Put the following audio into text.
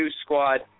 squad